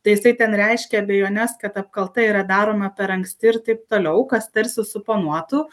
tai jisai ten reiškia abejones kad apkalta yra daroma per anksti ir taip toliau kas tarsi suponuotų